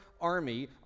army